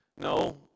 No